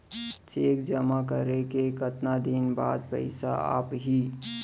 Cheque जेमा करें के कतका दिन बाद पइसा आप ही?